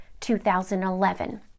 2011